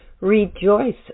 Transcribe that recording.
Rejoice